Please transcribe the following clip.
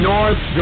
North